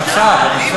המצב.